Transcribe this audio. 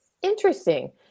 Interesting